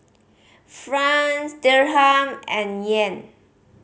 Franc Dirham and Yen